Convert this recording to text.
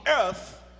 earth